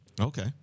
okay